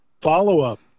follow-up